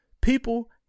people